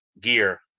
gear